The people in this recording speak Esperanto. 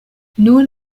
nun